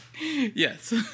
Yes